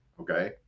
okay